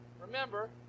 Remember